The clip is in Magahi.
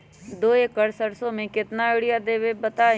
दो एकड़ सरसो म केतना यूरिया देब बताई?